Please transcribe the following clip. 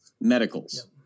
medicals